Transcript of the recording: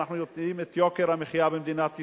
ואנחנו יודעים את יוקר המחיה במדינת ישראל.